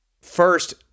First